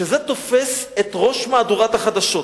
שזה תופס את ראש מהדורת החדשות,